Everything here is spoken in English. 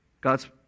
God's